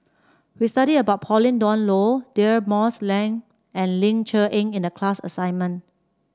we studied about Pauline Dawn Loh Deirdre Moss and Ling Cher Eng in the class assignment